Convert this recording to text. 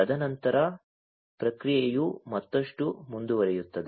ತದನಂತರ ಪ್ರಕ್ರಿಯೆಯು ಮತ್ತಷ್ಟು ಮುಂದುವರಿಯುತ್ತದೆ